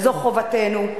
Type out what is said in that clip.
וזו חובתנו.